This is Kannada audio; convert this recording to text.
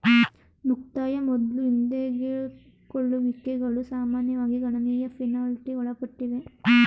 ಮುಕ್ತಾಯ ಮೊದ್ಲು ಹಿಂದೆಗೆದುಕೊಳ್ಳುವಿಕೆಗಳು ಸಾಮಾನ್ಯವಾಗಿ ಗಣನೀಯ ಪೆನಾಲ್ಟಿ ಒಳಪಟ್ಟಿವೆ